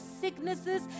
sicknesses